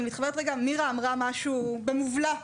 מירה אמרה משהו במובלע,